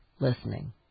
listening